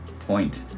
point